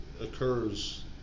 occurs